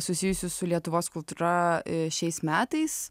susijusius su lietuvos kultūra šiais metais